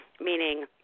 meaning